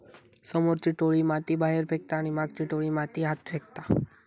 समोरची टोळी माती बाहेर फेकता आणि मागची टोळी माती आत फेकता